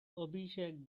abhishek